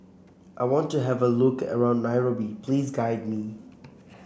I want to have a look around Nairobi please guide me